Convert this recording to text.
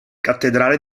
cattedrale